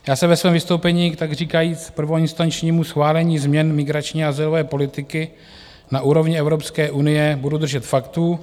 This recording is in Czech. Já se ve svém vystoupení, takříkajíc prvoinstančnímu schválení změn migrační a azylové politiky na úrovni Evropské unie, budu držet faktů.